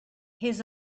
his